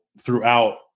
throughout